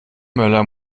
möller